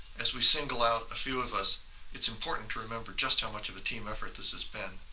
as we single out a few of us it's important to remember just how much of a team effort this has been